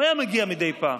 הוא היה מגיע מדי פעם,